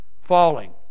Falling